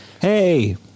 Hey